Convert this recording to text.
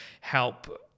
help